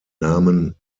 namen